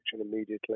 immediately